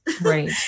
Right